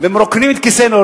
ומרוקנים את כיסינו,